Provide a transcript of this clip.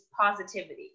positivity